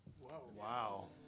Wow